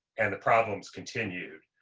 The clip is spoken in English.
and the problems continued